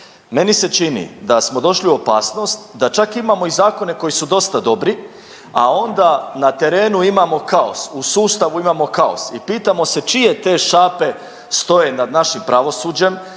Meni se čini da smo došli u opasnost da čak imamo i zakone koji su dosta dobri, a onda na terenu imamo kaos, u sustavu imamo kaos i pitamo se čije te šape stoje nad našim pravosuđem,